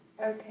Okay